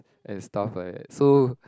and stuff like that so